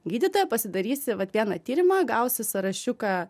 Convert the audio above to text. gydytoją pasidarysi vat vieną tyrimą gausi sąrašiuką